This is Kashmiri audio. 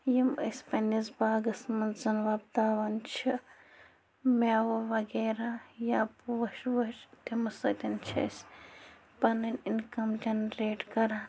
یِم أسۍ پنٛنِس باغس منٛز وۄپداوان چھِ مٮ۪وٕ وغیرہ یا پوش ووش تِمو سۭتۍ چھِ أسۍ پَنٕنۍ اِنکَم جَنریٹ کَران